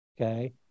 Okay